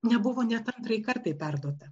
nebuvo net antrai kartai perduota